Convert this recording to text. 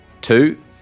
Two